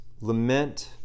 lament